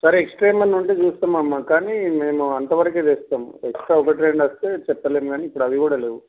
సరే ఎక్స్ట్రా ఏమన్న ఉంటే చూస్తాం అమ్మ కానీ మేము అంతవరకే తెస్తాం ఎక్స్ట్రా ఒకటి రెండు వస్తే చెప్తాం కానీ ఇప్పుడు అవి కూడా లేవు